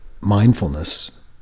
mindfulness